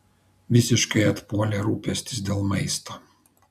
visiškai atpuolė rūpestis dėl maisto